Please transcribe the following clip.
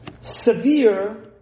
severe